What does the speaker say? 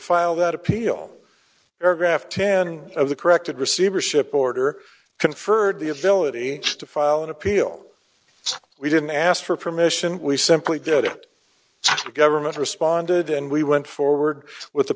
file that appeal paragraph ten of the corrected receivership order conferred the ability to file an appeal we didn't ask for permission we simply did it the government responded and we went forward with